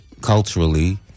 culturally